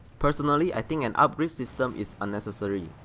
personally i think an upgrade system is unnecessary,